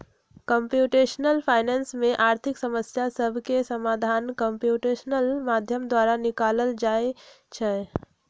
computational finance में आर्थिक समस्या सभके समाधान कंप्यूटेशनल माध्यम द्वारा निकालल जाइ छइ